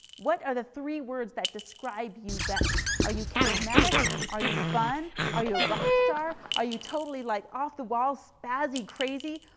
what are the three words that describe you best? are you charismatic? are you fun? are you a rock star? are you totally like off-the-wall spazzy crazy?